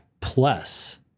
plus